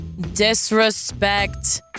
disrespect